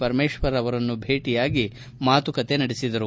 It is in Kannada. ಪರಮೇಶ್ವರ್ ಅವರನ್ನು ಭೇಟಿಯಾಗಿ ಮಾತುಕತೆ ನಡೆಸಿದರು